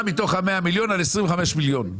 מתוך ה-100 מיליון ₪ היא ויתרה על כ-25 מיליון ₪,